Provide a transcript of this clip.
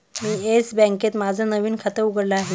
मी Yes बँकेत माझं नवीन खातं उघडलं आहे